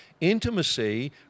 intimacy